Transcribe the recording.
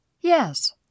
Yes